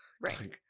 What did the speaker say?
right